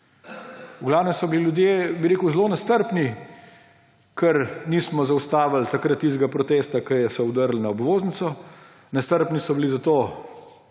V glavnem so bili ljudje zelo nestrpni, ker nismo zaustavili takrat tistega protesta, ko so vdrli na obvoznico. Nestrpni so bili zato,